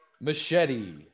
Machete